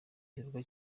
gikorwa